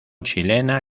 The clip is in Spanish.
chilena